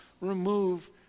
remove